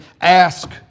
Ask